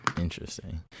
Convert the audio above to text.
Interesting